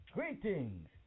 Greetings